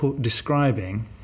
describing